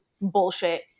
bullshit